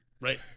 Right